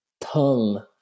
tongue